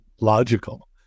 logical